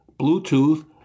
Bluetooth